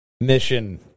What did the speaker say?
Mission